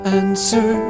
answer